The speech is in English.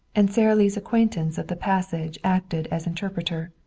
and sara lee's acquaintance of the passage acted as interpreter.